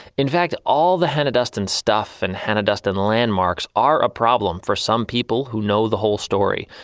in fact, all the hannah duston stuff and hannah duston landmarks are a problem for some people who know the whole story.